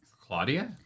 Claudia